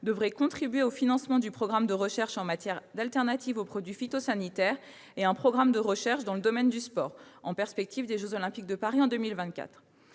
devrait contribuer au financement du programme de recherche consacré aux solutions alternatives aux produits phytosanitaires et à un programme de recherche dans le domaine du sport, dans la perspective des jeux Olympiques de Paris en 2024.